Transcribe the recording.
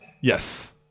yes